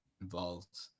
involved